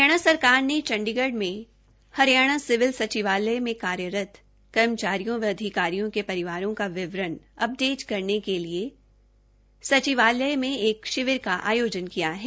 हरियाणा सरकार ने चंडीगढ़ में हरियाणा सिविल सचिवालय में कार्यरत कर्मचारियों व अधिकारियों के परिवारों का वितरण अपडेट करने के लिए सचिवालय मे एक शिविर का आयोजन किया है